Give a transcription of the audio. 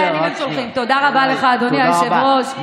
תודה רבה לך, אדוני היושב-ראש.